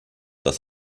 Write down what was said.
das